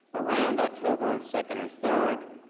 around october second or third.